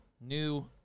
new